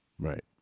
Right